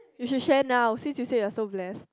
you should share now since you say you're so blessed